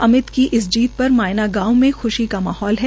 अमित की इस जीत पर मायना गांव के ख्शी की माहौल है